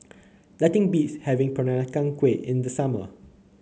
nothing beats having Peranakan Kueh in the summer